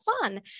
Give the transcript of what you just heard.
fun